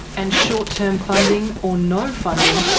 and short term funding, or no funding,